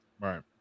right